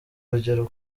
urugero